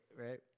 right